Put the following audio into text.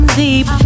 deep